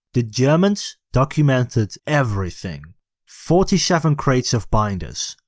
the germans documented everything forty seven crates of binders,